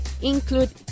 include